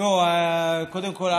קודם כול,